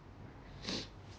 cash flow